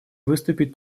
выступит